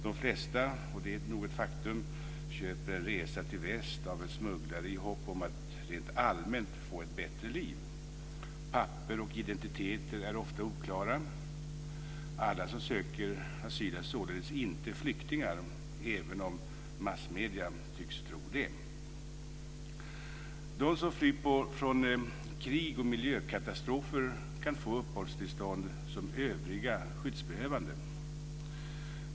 De flesta - och det är nog ett faktum - köper en resa till väst av en smugglare i hopp om att få ett bättre liv rent allmänt. Papper och identiteter är ofta oklara. Alla som söker asyl är således inte flyktingar, även om massmedierna tycks tro det. De som flyr från krig och miljökatastrofer kan få uppehållstillstånd som övriga skyddsbehövande.